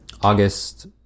August